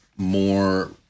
more